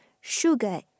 sugar